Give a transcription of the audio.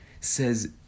says